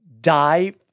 die